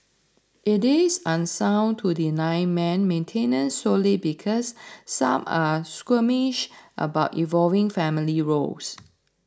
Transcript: it is unsound to deny men maintenance solely because some are squeamish about evolving family roles